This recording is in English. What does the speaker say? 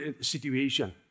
situation